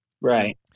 Right